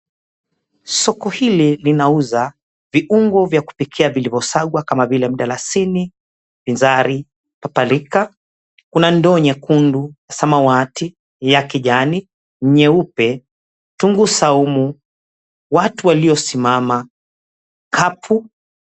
Soko hili linauza viungo vya kupikia vilivyo sagwa kama vile mdalasini, paprika, kuna ndoo nyekundu, samawati, ya kijani, nyeupe, kitunguu saumu, watu waliosimama, kikapu.